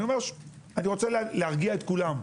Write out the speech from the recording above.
אני רוצה להרגיע את כולם,